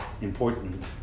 important